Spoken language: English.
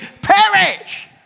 perish